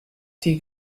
die